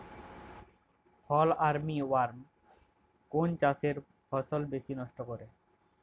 ফল armyworm কোন চাষের ফসল বেশি নষ্ট করে?